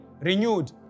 renewed